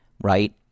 right